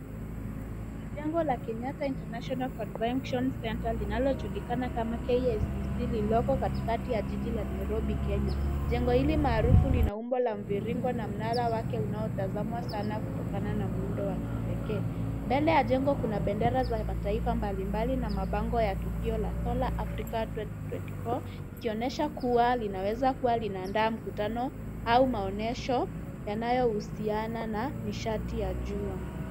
Ni jengo la cs]Kenyatta International Convention Center linalojulikana kama KICC lililoko katikati ya jiji la Nairobi Kenya. Jengo hili maarufu lina umbo la mviringo na mnara wake unaotazamwa sana kutokana na muundo wa kipekee. Mbele ya jengo kuna bendera za mataifa mbalimbali na mabango ya tukio la Solar Africa 2024 ikionyesha kuwa linaweza kua linaandaa mkutano au maonyesho yanayohusiana na nishati ya jua.